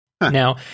Now